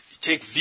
Take